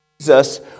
Jesus